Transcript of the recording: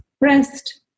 rest